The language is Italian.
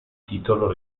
titolo